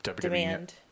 demand